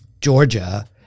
georgia